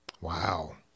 Wow